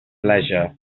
leisure